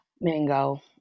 Mango